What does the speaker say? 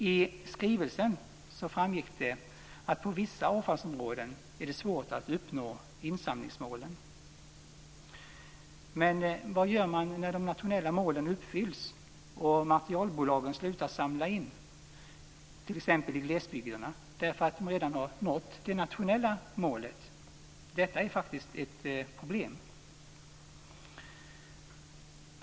I skrivelsen framgick det att det på vissa avfallsområden är svårt att uppnå insamlingsmålen. Men vad gör man när de nationella målen uppfylls och materialbolagen slutar att samla in, t.ex. i glesbygderna, för att de redan har nått det nationella målet? Detta är faktiskt ett problem.